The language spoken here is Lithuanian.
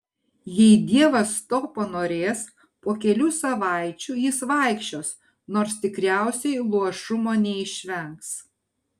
jei dievas to panorės po kelių savaičių jis vaikščios nors tikriausiai luošumo neišvengs